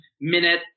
minute